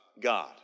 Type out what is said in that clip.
God